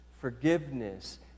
Forgiveness